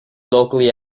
locally